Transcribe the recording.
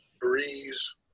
Breeze